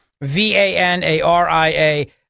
V-A-N-A-R-I-A